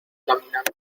caminante